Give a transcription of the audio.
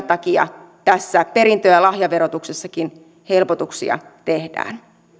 takia tässä perintö ja lahjaverotuksessakin helpotuksia tehdään